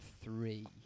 three